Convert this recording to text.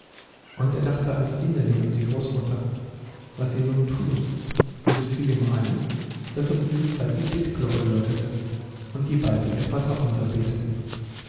und er dachte an stineli und die großmutter was sie nun tun und es fiel ihm ein daß um diese zeit die betglocke läutete und die beiden ihr vaterunser beteten